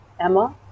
Emma